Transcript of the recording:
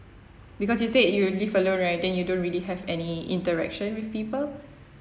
because you said you live alone right then you don't really have any interaction with people